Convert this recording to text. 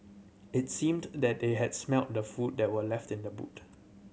it seemed that they had smelt the food that were left in the boot